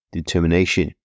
determination